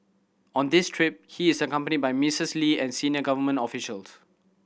on this trip he is accompanied by Missis Lee and senior government officials